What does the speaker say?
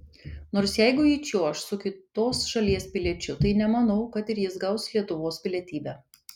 nors jeigu ji čiuoš su kitos šalies piliečiu tai nemanau kad ir jis gaus lietuvos pilietybę